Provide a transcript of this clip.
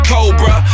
Cobra